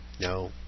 No